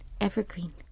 Evergreen